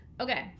Okay